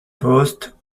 poste